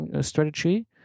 strategy